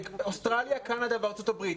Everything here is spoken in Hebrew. אוסטרליה, קנדה וארצות הברית.